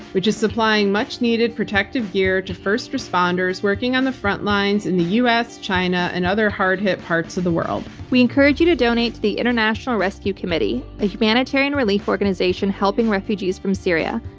which is supplying much needed protective gear to first responders working on the frontlines in the us, china and other hard hit parts of the world we encourage you to donate to the international rescue committee, a humanitarian relief organization helping refugees from syria.